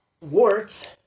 Warts